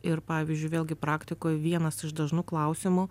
ir pavyzdžiui vėlgi praktikoj vienas iš dažnų klausimų